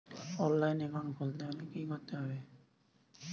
অনলাইনে একাউন্ট খুলতে হলে কি করতে হবে?